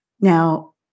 Now